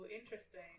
interesting